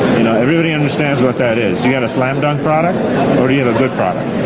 you know, everybody understands what that is. you got a slam dunk product or do you have a good product?